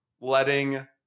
letting